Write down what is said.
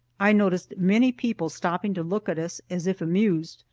i noticed many people stopping to look at us as if amused,